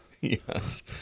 Yes